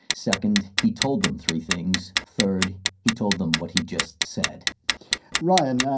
second, he told them three things. third, he told them what he'd just said ryan,